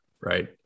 right